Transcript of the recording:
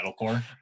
metalcore